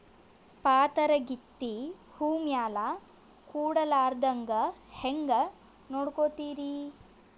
ಪಾತರಗಿತ್ತಿ ಹೂ ಮ್ಯಾಲ ಕೂಡಲಾರ್ದಂಗ ಹೇಂಗ ನೋಡಕೋತಿರಿ?